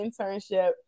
internship